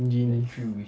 genies